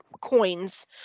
coins